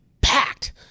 packed